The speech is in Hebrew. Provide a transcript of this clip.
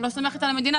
לא סומכת על המדינה.